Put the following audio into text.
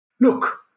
Look